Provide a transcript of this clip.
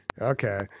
Okay